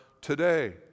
today